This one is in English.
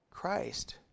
Christ